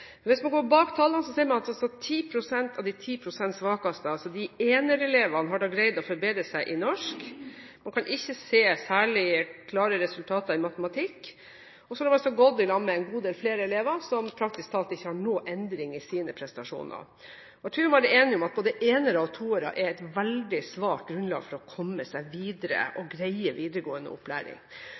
Hvis man går bak tallene, ser man at 10 pst. av de 10 pst. svakeste, altså 1-elevene, har greid å forbedre seg i norsk – en kan ikke se særlig klare resultater i matematikk, og så har de altså gått i lag med en god del flere elever som praktisk talt ikke har noen endring i sine prestasjoner. Jeg tror man er enige om at både enere og toere er et veldig svakt grunnlag for å komme seg videre og greie videregående opplæring.